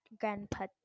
Grandpa